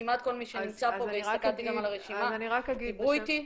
כמעט כל מי שנמצא פה מהרשימה דיברו איתי.